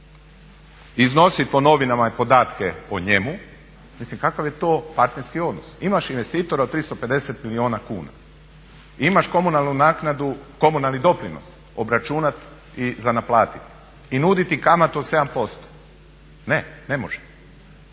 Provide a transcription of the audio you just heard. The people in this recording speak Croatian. iznosit po novinama podatke o njemu. Mislim kakav je to partnerski odnos. Imaš investitora od 350 milijuna kuna, imaš komunalnu naknadu, komunalni doprinos obračunat i za naplatit i nudi ti kamatu od 7%. Ne, ne može.